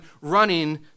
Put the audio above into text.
running